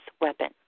weapon